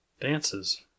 Dances